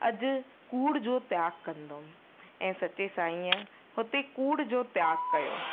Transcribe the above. अॼु कूड़ जो त्याग कंदुमि ऐं सच्चे साईअ हुते कूड़ जो त्यागु कयो